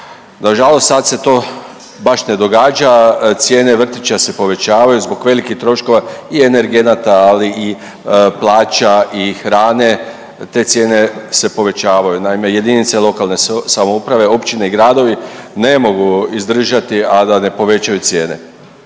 Nažalost sad se to baš ne događa, cijene vrtića se povećavaju zbog velikih troškova i energenata, ali i plaća i hrane, te cijene se povećavaju. Naime, JLS, općine i gradovi ne mogu izdržati, a da ne povećaju cijene.